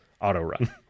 auto-run